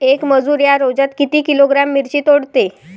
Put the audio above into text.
येक मजूर या रोजात किती किलोग्रॅम मिरची तोडते?